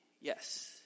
Yes